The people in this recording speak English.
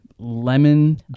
Lemon